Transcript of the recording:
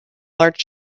large